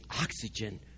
oxygen